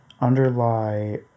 underlie